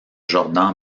jordan